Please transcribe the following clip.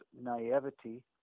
naivety